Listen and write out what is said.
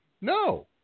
No